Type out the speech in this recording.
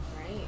right